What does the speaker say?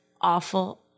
awful